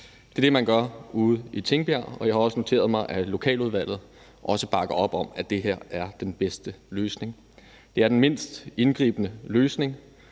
Det er det, man gør ude i Tingbjerg, og jeg har også noteret mig, at lokaludvalget også bakker op om det her som den bedste løsning. Det er den mindst indgribende løsning,